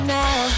now